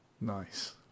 Nice